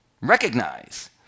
recognize